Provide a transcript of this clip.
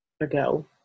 ago